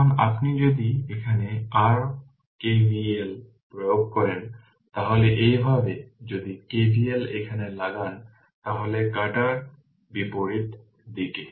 এখন আপনি যদি এখানে r KVL প্রয়োগ করেন তাহলে এইভাবে যদি KVL এখানে লাগান তাহলে কাঁটার বিপরীত দিকে